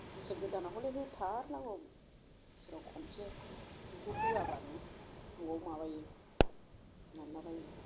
बोसोर गोदानाव हले होथारनांगौ बोसोराव खनसे बेखौ होवाबानो न'आव माबायो नारलाबायो